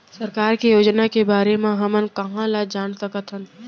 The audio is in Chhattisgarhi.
सरकार के योजना के बारे म हमन कहाँ ल जान सकथन?